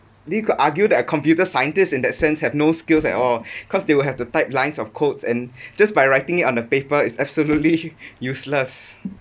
we could argue that a computer scientist in that sense have no skills at all because they will have to type lines of codes and just by writing it on a paper is absolutely useless